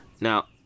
Now